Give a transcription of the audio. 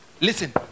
Listen